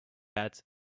had